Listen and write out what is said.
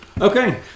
Okay